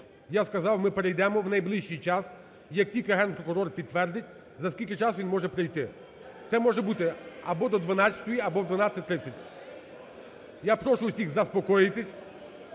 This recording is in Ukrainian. Я сказав, ми перейдемо в найближчий час, як тільки Генпрокурор підтвердить, за скільки часу він може прийти. Це може бути або до 12-ої, або в 12:30. (Шум у залі) Я прошу всіх заспокоїтись,